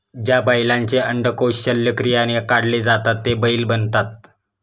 ज्या बैलांचे अंडकोष शल्यक्रियाने काढले जातात ते बैल बनतात